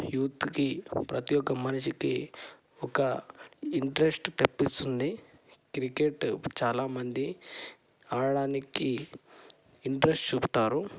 యూత్కి ప్రతి ఒక్క మనిషికి ఒక ఇంట్రెస్ట్ తెప్పిస్తుంది క్రికెట్ చాలా మంది ఆడడానికి ఇంట్రెస్ట్ చూపుతారు